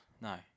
No